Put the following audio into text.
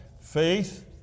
faith